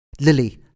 Lily